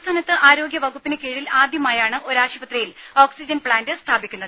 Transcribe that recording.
സംസ്ഥാനത്ത് ആരോഗ്യവകുപ്പിന് കീഴിൽ ആദ്യമായാണ് ഒരു ആശുപത്രിയിൽ ഓക്സിജൻ പ്ലാന്റ് സ്ഥാപിക്കുന്നത്